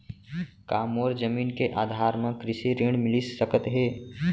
का मोला मोर जमीन के आधार म कृषि ऋण मिलिस सकत हे?